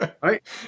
Right